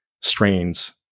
strains